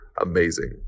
amazing